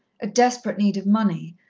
a desperate need of money,